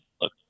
look